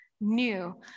new